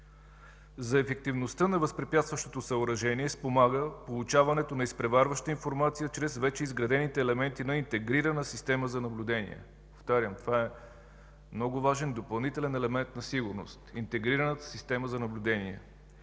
За ефективността на възпрепятстващото съоръжение спомага получаването на изпреварваща информация чрез вече изградените елементи на интегрирана система за наблюдение. Повтарям, това е много важен допълнителен елемент на сигурност – интегрираната система за наблюдение.